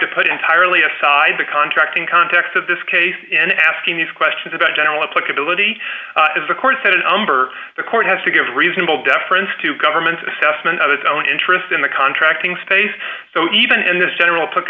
to put entirely aside the contracting context of this case in asking these questions about general accountability as the court said a number the court has to give reasonable deference to government assessment of its own interest in the contracting space so even in this general took